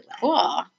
cool